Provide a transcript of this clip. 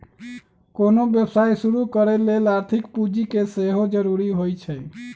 कोनो व्यवसाय शुरू करे लेल आर्थिक पूजी के सेहो जरूरी होइ छै